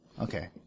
Okay